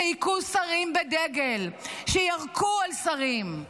שהיכו שרים בדגל, שירקו על שרים?